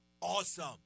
awesome